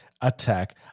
attack